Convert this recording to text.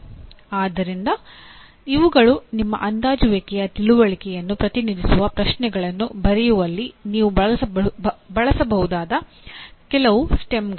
ಆದ್ದರಿಂದ ಇವುಗಳು ನಿಮ್ಮ ಅಂದಾಜುವಿಕೆಯ ತಿಳುವಳಿಕೆಯನ್ನು ಪ್ರತಿನಿಧಿಸುವ ಪ್ರಶ್ನೆಗಳನ್ನು ಬರೆಯುವಲ್ಲಿ ನೀವು ಬಳಸಬಹುದಾದ ಕೆಲವು ಸ್ಟೆಮ್ಗಳು